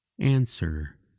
answer